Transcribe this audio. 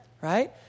Right